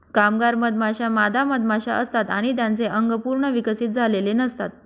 कामगार मधमाश्या मादा मधमाशा असतात आणि त्यांचे अंग पूर्ण विकसित झालेले नसतात